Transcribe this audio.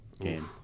Game